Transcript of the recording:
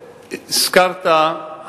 אחיסמך.